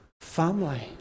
family